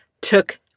took